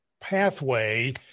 pathway